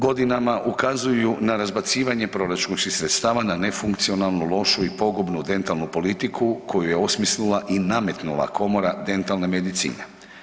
Godinama ukazuju na razbacivanje proračunskih sredstava na nefunkcionalnu, lošu i pogubnu dentalnu politiku koju je osmislila i nametnula komora dentalne medicine.